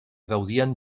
gaudien